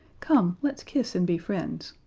come, let's kiss and be friends.